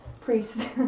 priest